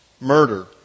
murder